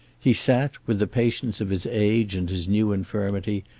he sat, with the patience of his age and his new infirmity,